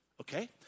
okay